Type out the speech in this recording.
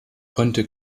konnte